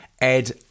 Ed